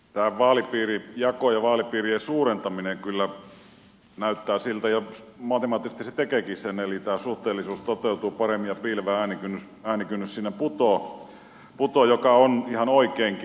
tämä vaalipiirijako ja vaalipiirien suurentaminen kyllä näyttävät siltä ja matemaattisesti ne tekevätkin sen että tämä suhteellisuus toteutuu paremmin ja piilevä äänikynnys siinä putoaa mikä on ihan oikeinkin